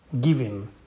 giving